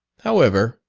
however,